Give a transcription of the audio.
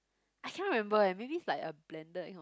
I cannot remember eh maybe it's like a blender that kind of